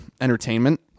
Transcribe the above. entertainment